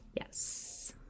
Yes